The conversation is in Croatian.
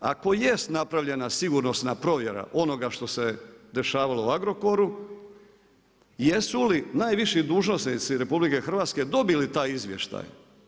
Ako jest napravljena sigurnosna provjera onoga što se dešavalo u Agrokoru, jesu li najviši dužnosnici RH dobili taj izvještaj?